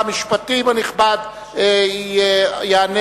עברה בקריאה טרומית ותעבור מטבע הדברים לוועדת